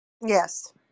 Yes